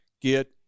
Get